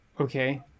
Okay